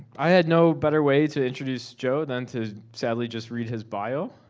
i had no better way to introduce joe than to sadly just read his bio.